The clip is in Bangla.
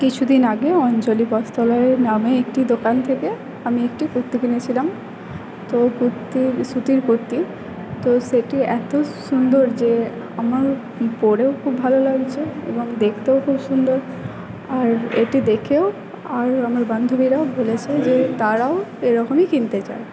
কিছুদিন আগে অঞ্জলি বস্ত্রালয় নামে একটি দোকান থেকে আমি একটি কুর্তি কিনেছিলাম তো কুর্তির সুতির কুর্তি তো সেটি এতো সুন্দর যে আমার পরেও খুব ভালো লাগছে এবং দেখতেও খুব সুন্দর আর এটি দেখেও আর আমার বান্ধবীরা বলেছে যে তারাও এরকমই কিনতে চায়